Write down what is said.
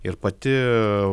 ir pati